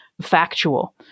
factual